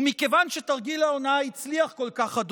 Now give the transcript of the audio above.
מכיוון שתרגיל ההונאה הצליח כל כך,